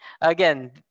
again